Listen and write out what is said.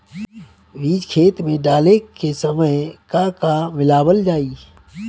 बीज खेत मे डाले के सामय का का मिलावल जाई?